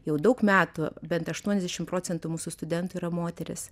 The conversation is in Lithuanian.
jau daug metų bent aštuoniasdešimt procentų mūsų studentų yra moterys